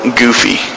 goofy